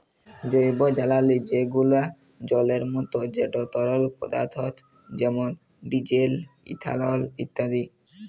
জৈবজালালী যেগলা জলের মত যেট তরল পদাথ্থ যেমল ডিজেল, ইথালল ইত্যাদি